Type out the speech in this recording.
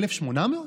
1,800?